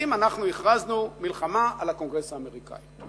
האם אנחנו הכרזנו מלחמה על הקונגרס האמריקני?